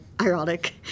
ironic